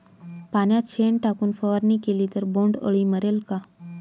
पाण्यात शेण टाकून फवारणी केली तर बोंडअळी मरेल का?